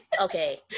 Okay